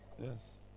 Yes